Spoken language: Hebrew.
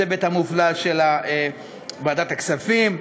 הצוות המופלא של ועדת הכספים.